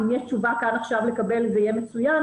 אם יש תשובה כאן עכשיו לקבל זה יהיה מצוין,